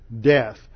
death